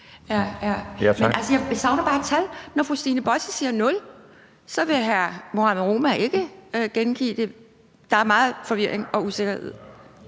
jeg savner bare et tal. Når fru Stine Bosse siger 0, vil hr. Mohammad Rona ikke gengive det. Der er meget forvirring og usikkerhed.